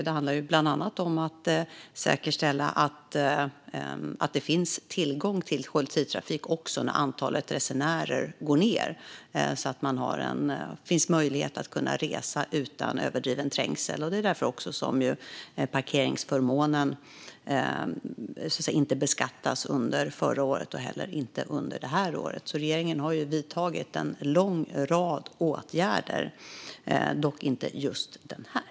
Det handlar bland annat om att säkerställa att det finns tillgång till kollektivtrafik när antalet resenärer går ned så att det finns möjlighet att resa utan överdriven trängsel. Det är också därför som parkeringsförmånen inte beskattades under förra året och inte heller beskattas under det här året. Regeringen har alltså vidtagit en lång rad åtgärder, dock inte just den här.